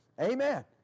Amen